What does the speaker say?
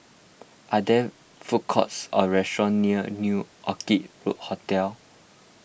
are there food courts or restaurants near New Orchid Hotel